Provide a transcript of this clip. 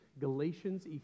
Galatians